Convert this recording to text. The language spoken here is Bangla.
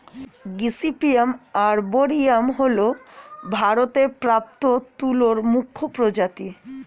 গসিপিয়াম আর্বরিয়াম হল ভারতে প্রাপ্ত তুলোর মুখ্য প্রজাতি